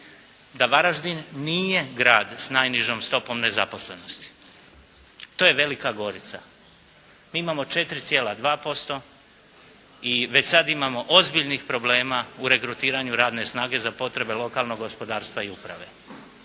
da Varaždin nije grad s najnižom stopom nezaposlenosti. To je Velika Gorica. Mi imamo 4,2% i već sad imamo ozbiljnih problema u regrutiranju radne snage za potrebe lokalnog gospodarstva i uprave.